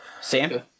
Sam